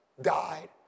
died